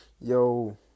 Yo